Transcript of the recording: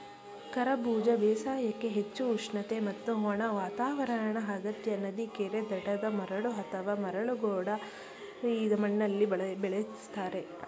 ಕರಬೂಜ ಬೇಸಾಯಕ್ಕೆ ಹೆಚ್ಚು ಉಷ್ಣತೆ ಮತ್ತು ಒಣ ವಾತಾವರಣ ಅಗತ್ಯ ನದಿ ಕೆರೆ ದಡದ ಮರಳು ಅಥವಾ ಮರಳು ಗೋಡು ಮಣ್ಣಲ್ಲಿ ಬೆಳೆಸ್ತಾರೆ